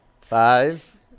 Five